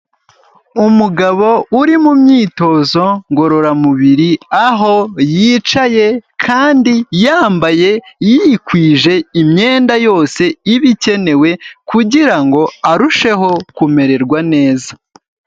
Umugabo uri mu myitozo ngororamubiri aho yicaye kandi yambaye yikwije imyenda yose iba ikenewe kugira ngo arusheho kumererwa neza.